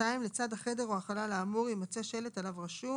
(ב)לצד החדר או החלל האמור יימצא שלט עליו רשום: